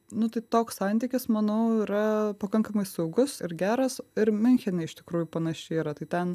nu tai toks santykis manau yra pakankamai saugus ir geras ir miunchene iš tikrųjų panašiai yra tai ten